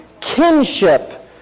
kinship